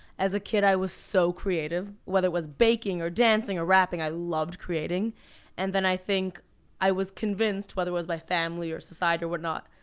as a kid i was so creative whether it was baking, or dancing, or rapping. i loved creating and then i think i was convinced whether it was my family or society or what not,